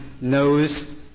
knows